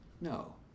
No